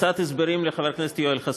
קצת הסברים לחבר הכנסת יואל חסון.